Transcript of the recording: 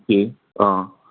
ꯑꯦ ꯑꯥ